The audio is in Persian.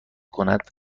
کند